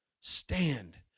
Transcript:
Stand